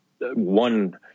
one